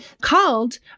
called